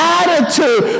attitude